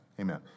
Amen